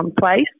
place